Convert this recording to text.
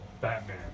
Batman